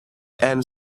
and